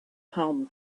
palm